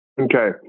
Okay